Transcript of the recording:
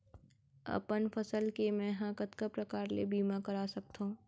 अपन फसल के मै ह कतका प्रकार ले बीमा करा सकथो?